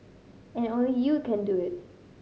and only you can do it